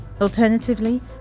Alternatively